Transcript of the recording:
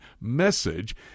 message